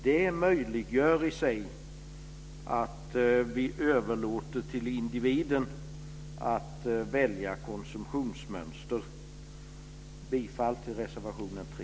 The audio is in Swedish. Det möjliggör i sig att vi överlåter till individen att välja konsumtionsmönster. Jag yrkar bifall till reservation 3.